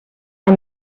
and